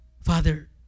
Father